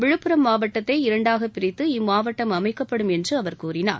விழுப்புரம் மாவட்டத்தை இரண்டாக பிரித்து இம்மாவட்டம் அமைக்கப்படும் என்று அவர் கூறினார்